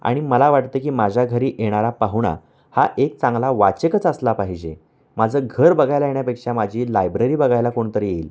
आणि मला वाटतं की माझ्या घरी येणारा पाहुणा हा एक चांगला वाचकच असला पाहिजे माझं घर बघायला येण्यापेक्षा माझी लायब्ररी बघायला कोण तरी येईल